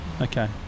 Okay